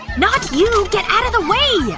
not you! get out of the way! yeah